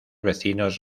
vecinos